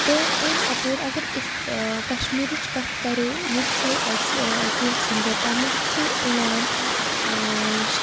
تہٕ امہِ اپور اگر أسۍ کَشمیٖرٕچ کَتھ کَرو ییٚتہِ چھُ اَسہِ کینٛہہ سِنٛگَر تَتھ منٛز چھُ یِوان